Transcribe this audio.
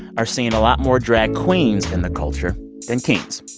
are seeing a lot more drag queens in the culture than kings.